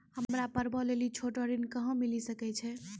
हमरा पर्वो लेली छोटो ऋण कहां मिली सकै छै?